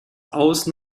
außen